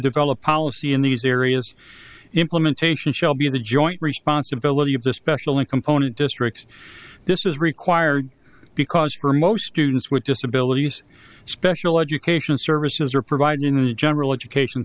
develop policy in these areas implementation shall be the joint responsibility of the special and component districts this is required because for most students with disabilities special education services are provided in a general education